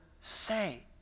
say